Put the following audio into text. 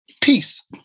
peace